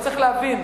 צריך להבין,